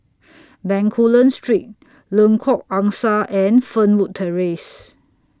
Bencoolen Street Lengkok Angsa and Fernwood Terrace